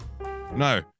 No